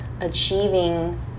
achieving